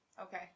Okay